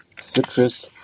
citrus